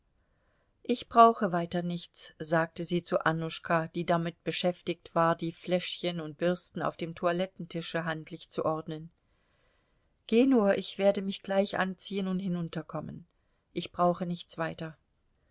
ich brauche weiter nichts sagte sie zu annuschka die damit beschäftigt war die fläschchen und bürsten auf dem toilettentische handlich zu ordnen geh nur ich werde mich gleich anziehen und hinunterkommen ich brauche nichts weiter